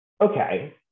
Okay